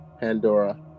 Pandora